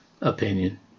opinion